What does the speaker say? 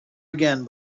again